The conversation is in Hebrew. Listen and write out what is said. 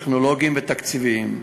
טכנולוגיים ותקציביים.